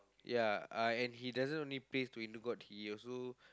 ya I and he doesn't only prays to Hindu god he also